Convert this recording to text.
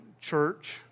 church